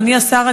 אדוני השר,